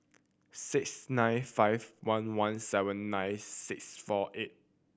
six nine five one one seven nine six four eight